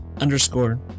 underscore